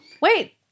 wait